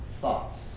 thoughts